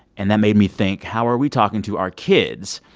and that made me think, how are we talking to our kids,